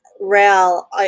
rail